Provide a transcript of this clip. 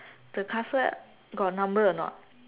the castle got number or not